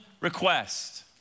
request